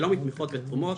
שלא מתמיכות ותרומות,